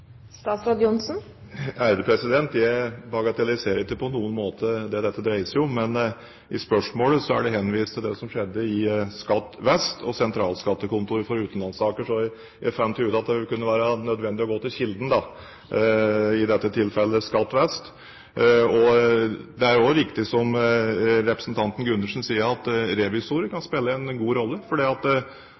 Jeg bagatelliserer ikke på noen måte det dette dreier seg om, men i spørsmålet er det henvist til det som skjedde i Skatt vest og Sentralskattekontoret for utenlandssaker. Så jeg fant ut at det kunne være nødvendig å gå til kilden – i dette tilfellet Skatt vest. Det er også riktig som representanten Gundersen sier, at revisorer kan spille en god rolle, fordi